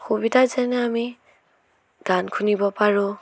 সুবিধা যেনে আমি গান শুনিব পাৰোঁ